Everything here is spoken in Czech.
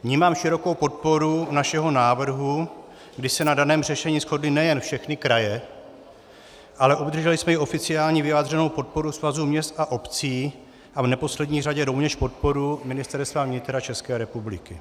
Vnímám širokou podporu našeho návrhu, kdy se na daném řešení shodly nejen všechny kraje, ale obdrželi jsme i oficiální vyjádření podpory Svazu měst a obcí a v neposlední řadě rovněž podporu Ministerstva vnitra České republiky.